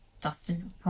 Dustin